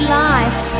life